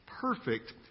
perfect